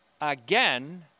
again